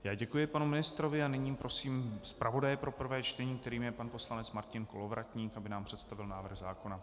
Já děkuji panu ministrovi a nyní prosím zpravodaje pro prvé čtení, kterým je pan poslanec Martin Kolovratník, aby nám představil návrh zákona.